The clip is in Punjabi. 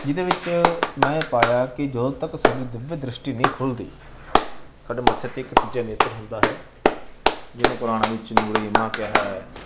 ਜਿਹਦੇ ਵਿੱਚ ਮੈਂ ਪਾਇਆ ਕਿ ਜਦੋਂ ਤੱਕ ਸਾਡੇ ਦਿਵਯ ਦ੍ਰਿਸ਼ਟੀ ਨਹੀਂ ਖੁੱਲ੍ਹਦੀ ਸਾਡੇ ਮੱਥੇ 'ਤੇ ਇੱਕ ਤੀਜਾ ਨੇਤਰ ਹੁੰਦਾ ਹੈ ਜਿਹਨੂੰ ਪੁਰਾਣਾਂ ਵਿੱਚ ਨੂਰੇਇਮਾ ਕਿਹਾ